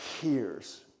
hears